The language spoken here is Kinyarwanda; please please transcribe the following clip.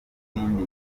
n’izindi